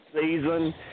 season